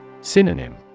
Synonym